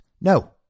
No